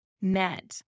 met